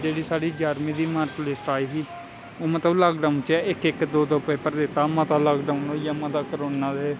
जेह्ड़ी साढ़ी ञाह्रमीं दी मार्कलिस्ट आई ही ते ओह् लाकडाऊन च मतलब इक इक दो दो पेपर दित्ता मता लाकडाऊन होई गेआ मता कोरोना ते